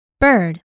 Bird